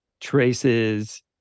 traces